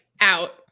out